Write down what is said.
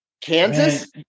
Kansas